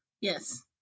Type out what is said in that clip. Yes